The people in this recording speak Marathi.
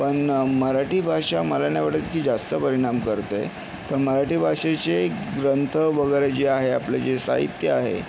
पण मराठी भाषा मला नाही वाटत की जास्त परिणाम करते पण मराठी भाषेचे ग्रंथ वगैरे जे आहे आपलं जे साहित्य आहे